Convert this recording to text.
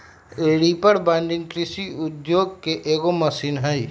reaper binder कृषि उद्योग के एगो मशीन हई